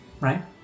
right